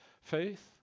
Faith